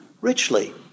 richly